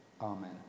Amen